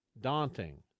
daunting